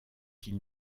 qu’il